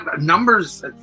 Numbers